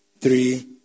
three